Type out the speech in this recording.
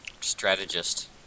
strategist